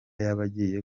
y’abagiye